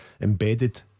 Embedded